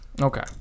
Okay